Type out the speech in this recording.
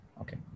Okay